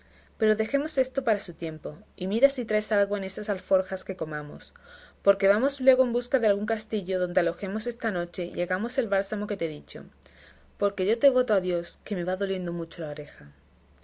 pero dejemos esto para su tiempo y mira si traes algo en esas alforjas que comamos porque vamos luego en busca de algún castillo donde alojemos esta noche y hagamos el bálsamo que te he dicho porque yo te voto a dios que me va doliendo mucho la oreja